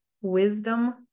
wisdom